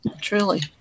Truly